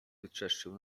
wytrzeszczył